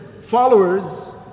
followers